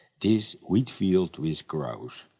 this wheatfield with crows.